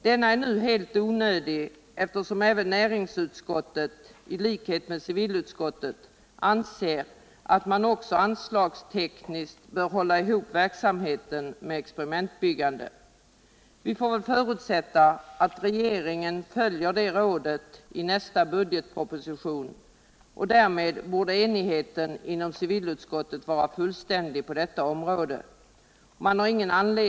Denna ir nu helt onödig, eftersom näringsutskottet i likhet med vivilutskottet anser att man även anslagstekniskt bör hålla ihop verksamheten med experimenthusbyggande. Vi får väl förutsätta att regeringen följer det rådet när den utarbetar nästa budgetproposition. Därmed borde enigheten inom civilutskottet vara fullständig på deua område.